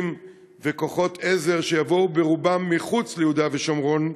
וכוחות עזר שיבואו ברובם מחוץ ליהודה ושומרון,